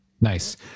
Nice